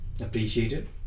appreciated